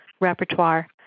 repertoire